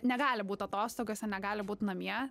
negali būt atostogose ir negali būt namie